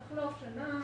תחלוף שנה,